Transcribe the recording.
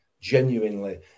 genuinely